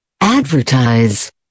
Advertise